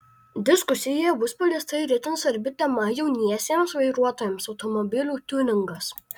diskusijoje bus paliesta ir itin svarbi tema jauniesiems vairuotojams automobilių tiuningas